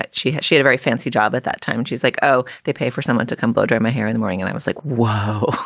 she had she had a very fancy job at that time. she's like, oh, they pay for someone to come blow dry my hair in the morning. and i was like, wow,